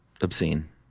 obscene